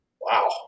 wow